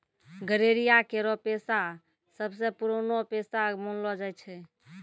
गड़ेरिया केरो पेशा सबसें पुरानो पेशा मानलो जाय छै